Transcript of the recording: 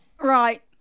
Right